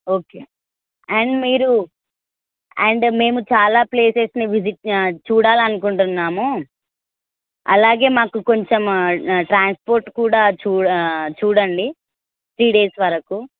okay and మీరు and మేము చాలా ప్లేసెస్ని విజిట్ చూడాలని అనుకుంటున్నాము అలాగే మాకు కొంచెం ట్రాన్స్పోర్ట్ కూడా చూడ చూడండి త్రీ డేస్ వరకు